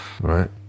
right